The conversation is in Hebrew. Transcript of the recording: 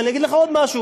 ואני אגיד לך עוד משהו: